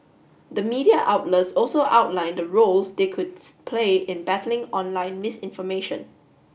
the media outlets also outlined the roles they could splay in battling online misinformation